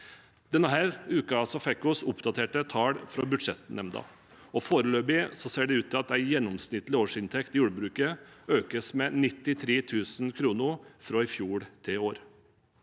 Denne uken fikk vi oppdaterte tall fra budsjettnemnden, og foreløpig ser det ut til at en gjennomsnittlig årsinntekt i jordbruket økes med 93 000 kr fra i fjor til i år.